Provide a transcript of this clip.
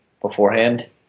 beforehand